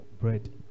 bread